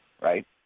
right